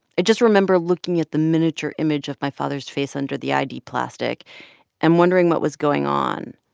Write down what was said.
i just remember looking at the miniature image of my father's face under the id plastic and wondering what was going on.